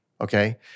Okay